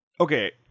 Okay